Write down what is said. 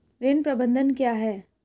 ऋण प्रबंधन क्या है?